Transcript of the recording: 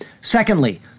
Secondly